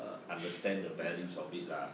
uh understand the values of it lah